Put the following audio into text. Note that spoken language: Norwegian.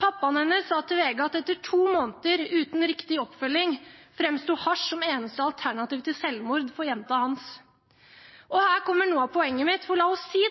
Pappaen hennes sa til VG at etter to måneder uten riktig oppfølging framsto hasj som eneste alternativ til selvmord for jenta hans. Her kommer noe av poenget mitt – for la oss si